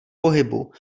pohybu